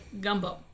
gumbo